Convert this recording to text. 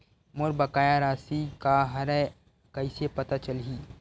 मोर बकाया राशि का हरय कइसे पता चलहि?